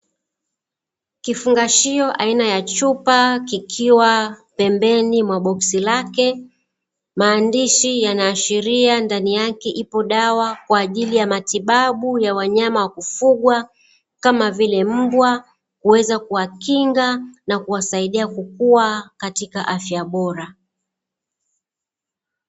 Kifungashio aina ya chupa, kikiwa pembeni mwa boksi lake. Maandishi yanaashiria ndani yake ipo dawa kwa ajili ya matibabu ya wanyama wa kufugwa, kama vile mbwa, kuweza kuwakinga na kuwasaidia kukua katika afya bora.